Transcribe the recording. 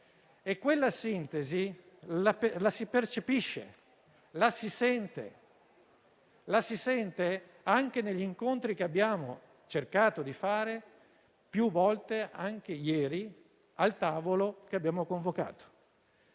e quella sintesi la si percepisce, la si sente anche negli incontri che abbiamo cercato di fare più volte, anche ieri, al tavolo che abbiamo convocato.